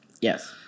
yes